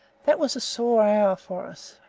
that was a sore hour for us.